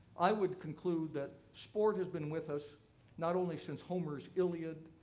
i would conclude that sport has been with us not only since homer's iliad,